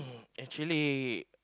actually